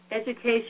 education